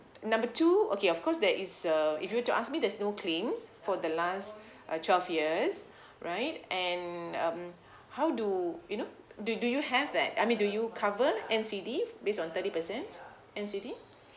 number two okay of course there is a if you were to ask me there's no claims for the last uh twelve years right and um how do you know do do you have that I mean do you cover N_C_D based on thirty percent N_C_D